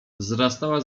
wzrastała